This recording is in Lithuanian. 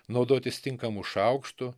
naudotis tinkamu šaukštu